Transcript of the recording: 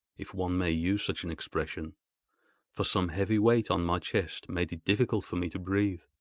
if one may use such an expression for some heavy weight on my chest made it difficult for me to breathe.